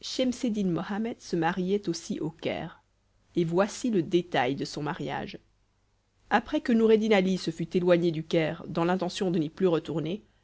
mohammed se mariait aussi au caire et voici le détail de son mariage après que noureddin ali se fut éloigné du caire dans l'intention de n'y plus retourner